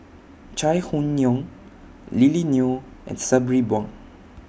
Chai Hon Yoong Lily Neo and Sabri Buang